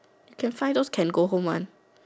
can find those can go home one